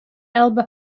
elba